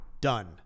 done